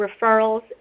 referrals